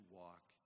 walk